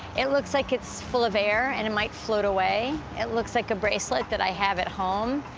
it looks like it's full of air, and it might float away. it looks like a bracelet that i have at home.